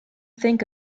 think